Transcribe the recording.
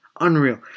unreal